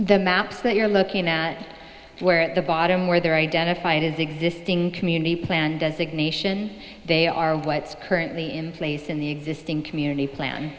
the maps that you're looking at where at the bottom where they're identified as existing community plan designation they are what's currently in place in the existing community plan